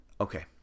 Okay